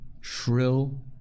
shrill